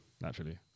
naturally